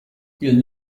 you’ll